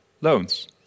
loans